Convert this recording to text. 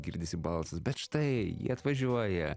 girdisi balsas bet štai jie atvažiuoja